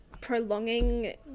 prolonging